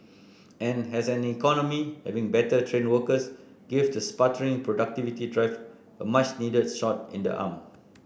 and as an economy having better trained workers gives the sputtering productivity drives a much needed shot in the arm